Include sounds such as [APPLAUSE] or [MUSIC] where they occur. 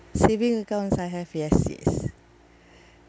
savings accounts I have yes yes [BREATH]